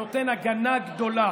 הנותן הגנה גדולה